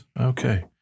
Okay